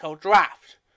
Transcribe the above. draft